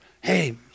Hey